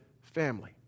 family